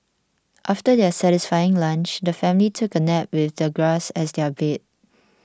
after their satisfying lunch the family took a nap with the grass as their bed